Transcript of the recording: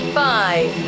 five